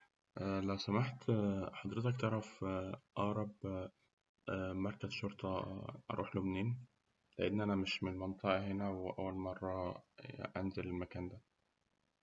لو سمحت حضرتك تعرف أقرب مركز شرطة أروح له منين؟ لأن أنا مش من المنطقة هنا وأول مرة أنزل المكان.